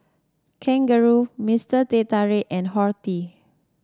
Kangaroo Mister Teh Tarik and Horti